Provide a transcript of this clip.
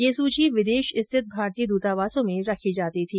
यह सूची विदेश स्थित भारतीय दूतावासों में रखी जाती थी